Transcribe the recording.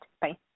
Bye